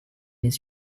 his